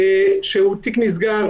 שהוא נסגר.